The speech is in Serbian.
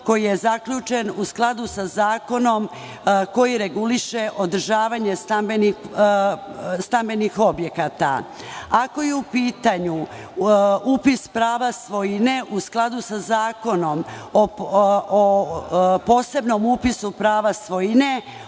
koji je zaključen u skladu sa zakonom koji reguliše održavanje stambenih objekata. Ako je u pitanju upis prava svojine u skladu sa zakonom o posebnom upisu prava svojine,